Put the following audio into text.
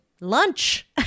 lunch